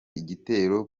igitero